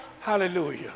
Hallelujah